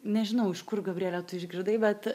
nežinau iš kur gabriele tu išgirdai bet